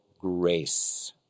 grace